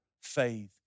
faith